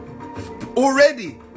already